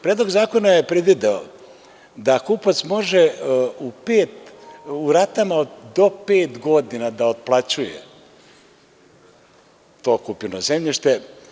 Predlog zakonaje predvideo da kupac može u pet, u ratama do pet godina da otplaćuje to kupljeno zemljište.